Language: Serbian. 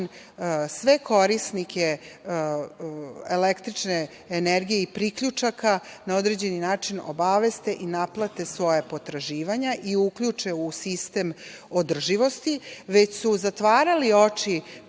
sve korisnike električne energije i priključaka na određeni način obaveste i naplate svoja potraživanja, i uključe u sistem održivosti, već su zatvarali oči